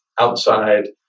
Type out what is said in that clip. outside